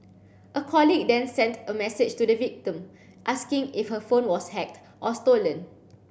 a colleague then sent a message to the victim asking if her phone was hacked or stolen